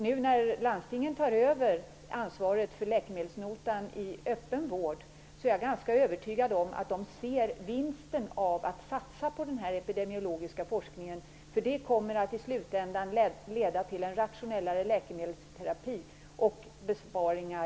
Nu när landstingen tar över ansvaret för läkemedelsnotan i öppen vård är jag ganska övertygad om att de ser vinsten i att satsa på denna epidemiologiska forskning, eftersom den i slutändan kommer att leda till en mer rationell läkemedelsterapi och besparingar.